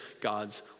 God's